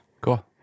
cool